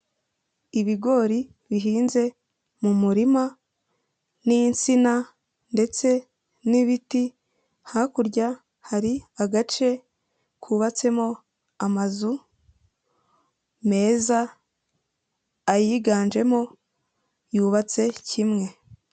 Ibigori bihinze mu murima n'insina ndetse n'ibiti hakurya, hari agace kubabatsemo amazu meza, ayiganjemo yubatse kimwe.